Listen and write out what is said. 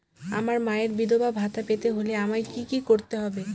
আমার মায়ের বিধবা ভাতা পেতে হলে আমায় কি কি করতে হবে?